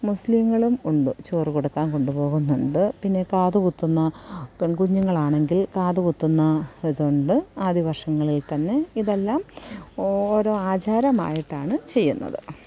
മുസ്ലിങ്ങളും ഉണ്ട് ചോറു കൊടുക്കാൻ കൊണ്ടുപോകുന്നുണ്ട് പിന്നെ കാത് കുത്തുന്ന പെൺകുഞ്ഞുങ്ങൾ ആണെങ്കിൽ കാത് കുത്തുന്ന ഇതുണ്ട് ആദ്യ വർഷങ്ങളിൽ തന്നെ ഇതെല്ലാം ഓരോ ആചാരമായിട്ടാണ് ചെയ്യുന്നത്